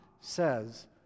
says